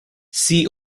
see